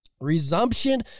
Resumption